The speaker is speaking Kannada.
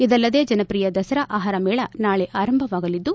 ಇದಲ್ಲದೆ ಜನಪ್ರಿಯ ದಸರಾ ಆಹಾರಮೇಳ ನಾಳೆ ಆರಂಭವಾಗಲಿದ್ದು